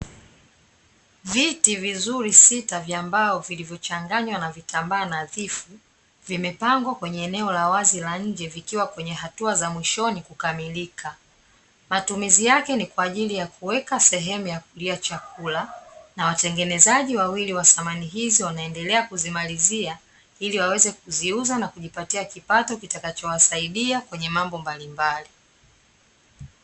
Viti vizuri sita vya mbao vilivyochanganywa na vitambaa nadhifu vimepangwa kwenye eneo la wazi la nje vikiwa kwenye hatua za mwishoni kukamilika, matumizi yake ni kwa ajili ya kuweka sehemu ya kulia chakula na watengenezaji wawili wa samani hizo wanaendelea kuzimalizia ili waweze kuziuza na kujipatia kipato kitakachowasaidia kwenye mambo mbalimbali.